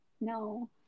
no